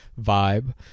vibe